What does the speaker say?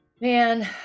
man